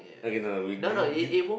okay no we de~ de~